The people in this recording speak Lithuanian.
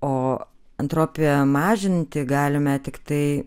o entropiją mažinti galime tiktai